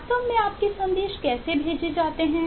वास्तव में आपके संदेश कैसे भेजे जाते हैं